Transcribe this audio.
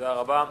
תודה רבה.